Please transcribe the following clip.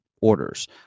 orders